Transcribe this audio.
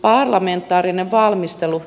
parlamentaarinen valmistelu